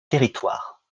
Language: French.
territoire